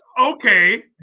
Okay